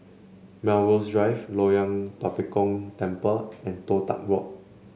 Melrose Drive Loyang Tua Pek Kong Temple and Toh Tuck Walk